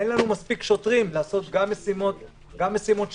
אין לנו מספיק שוטרים לעשות גם משימות שגרה,